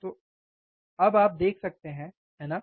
तोआप अब देख सकते हैं है ना